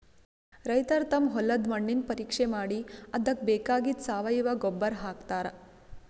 ರೈತರ್ ತಮ್ ಹೊಲದ್ದ್ ಮಣ್ಣಿನ್ ಪರೀಕ್ಷೆ ಮಾಡಿ ಅದಕ್ಕ್ ಬೇಕಾಗಿದ್ದ್ ಸಾವಯವ ಗೊಬ್ಬರ್ ಹಾಕ್ತಾರ್